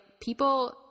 people